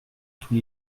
tous